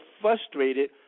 frustrated